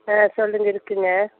ஆ சொல்லுங்கள் இருக்குங்க